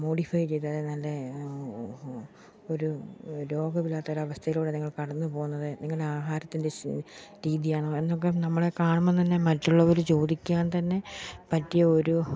modify ചെയ്തത് നല്ല ഒരു രോഗമില്ലാത്ത ഒരവസ്ഥയിലൂടെ നിങ്ങൾ കടന്നു പോകുന്നത് നിങ്ങളുടെ ആഹാരത്തിൻ്റെ രീതിയാണോ എന്നൊക്കെ നമ്മളെ കാണുമ്പം തന്നെ മറ്റുള്ളവർ ചോദിക്കാൻ തന്നെ പറ്റിയ ഒരു